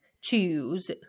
choose